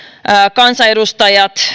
kansanedustajat